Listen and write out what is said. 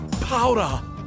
Powder